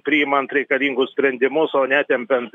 priimant reikalingus sprendimus o ne tempiant